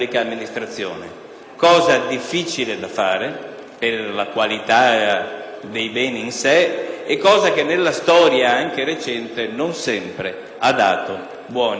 cosa difficile da fare, per la qualità dei beni in sé e che, nella storia anche recente, non sempre ha dato buoni risultati.